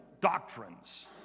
doctrines